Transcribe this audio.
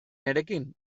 nirekin